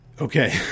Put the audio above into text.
okay